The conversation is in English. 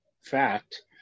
fact